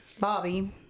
Bobby